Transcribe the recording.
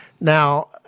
Now